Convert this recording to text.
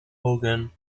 hogan